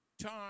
time